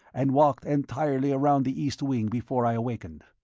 and walked entirely around the east wing before i awakened.